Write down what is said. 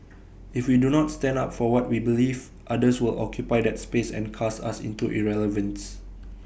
if we do not stand up for what we believe others will occupy that space and cast us into irrelevance